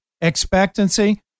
expectancy